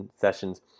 sessions